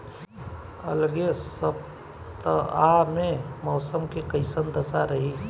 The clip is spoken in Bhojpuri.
अलगे सपतआह में मौसम के कइसन दशा रही?